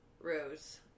Rose